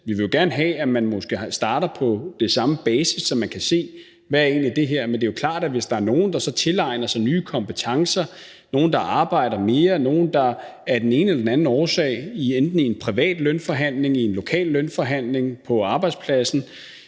Vi vil jo gerne have, at man måske starter på samme basis, så man kan se, hvad det her egentlig er. Men det er jo klart, at hvis der er nogen, der så tilegner sig nye kompetencer; nogen, der arbejder mere; nogen, der af den ene eller anden årsag sikrer sig det i enten en privat lønforhandling, i en lokal lønforhandling på arbejdspladsen,